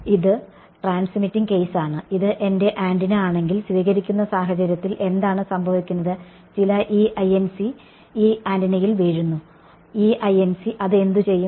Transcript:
അതിനാൽ ഇത് transmitting case ആണ് ഇത് എന്റെ ആന്റിന ആണെങ്കിൽ സ്വീകരിക്കുന്ന സാഹചര്യത്തിൽ എന്താണ് സംഭവിക്കുന്നത് ചില ഈ ആന്റിനയിൽ വീഴുന്നു അത് എന്ത് ചെയ്യും